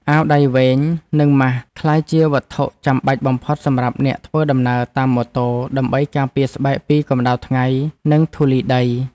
អាវដៃវែងនិងម៉ាស់ក្លាយជាវត្ថុចាំបាច់បំផុតសម្រាប់អ្នកធ្វើដំណើរតាមម៉ូតូដើម្បីការពារស្បែកពីកម្តៅថ្ងៃនិងធូលីដី។